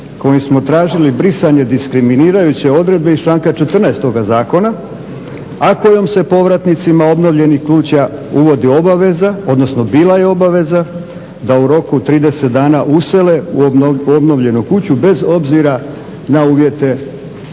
kojim smo tražili brisanje diskriminirajuće odredbe iz članka 14. toga Zakona. A kojom se povratnicima obnovljenih kuća uvodi obaveza, odnosno bila je obaveza da u roku 30 dana usele u obnovljenu kuću bez obzira na uvjete života